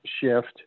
shift